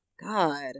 God